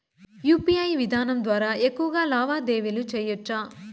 UPI విధానం ద్వారా ఎక్కువగా లావాదేవీలు లావాదేవీలు సేయొచ్చా?